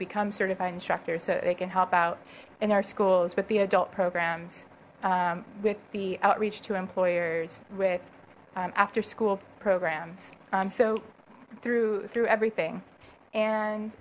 become certified instructors so they can help out in our schools with the adult programs with the outreach to employers with after school programs so through through everything and